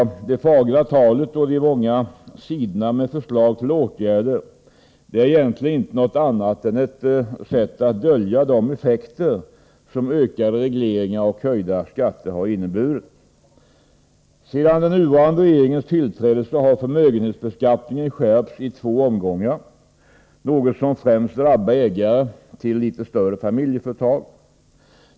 Jo, det fagra talet och de många sidorna med förslag till åtgärder är egentligen inte något annat än ett sätt att dölja de effekter som ökade regleringar och höjda skatter har inneburit. Sedan den nuvarande regeringens tillträde har förmögenhetsbeskattningen skärpts i två omgångar, något som framför allt drabbar ägare till litet större familjeföretag.